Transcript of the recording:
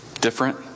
different